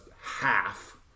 half